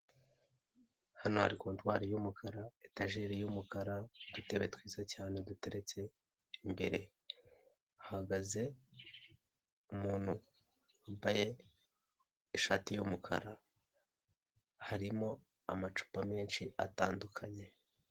Hano hari kontwari y'umukara, etajeri y'umukara, udutebe twiza cyane duteretse imbere, hahagaze umuntu wambaye ishati y'umukara, harimo amacupa menshi atandukanye.